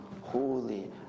holy